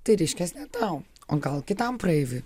tai reiškias ne tau o gal kitam praeiviui